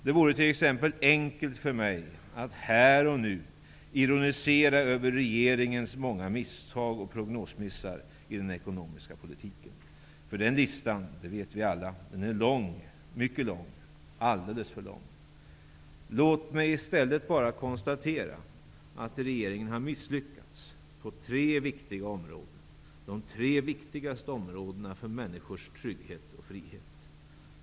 Det vore enkelt för mig att t.ex. här och nu ironisera över regeringens många misstag och prognosmissar i den ekonomiska politiken -- för den listan är mycket lång, alldeles för lång. Det vet vi alla. Fru talman! Låt mig i stället bara konstatera att regeringen har misslyckats på de tre viktigaste områdena när det gäller människors trygghet och frihet.